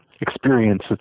experience